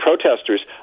protesters